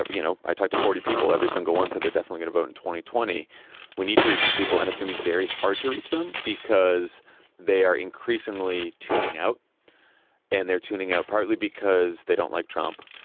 ah you know, i talked to forty people. every single one said they're definitely in a vote and twenty. we need to reach these people. and it's gonna be very hard to reach them because they are increasingly tuning out and they're tuning out partly because they don't like trump,